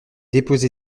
déposé